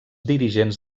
dirigents